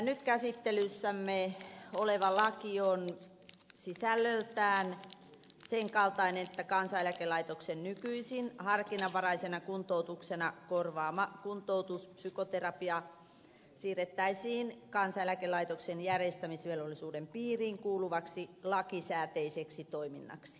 nyt käsittelyssämme oleva laki on sisällöltään sen kaltainen että kansaneläkelaitoksen nykyisin harkinnanvaraisena kuntoutuksena korvaama kuntoutuspsykoterapia siirrettäisiin kansaneläkelaitoksen järjestämisvelvollisuuden piiriin kuuluvaksi lakisääteiseksi toiminnaksi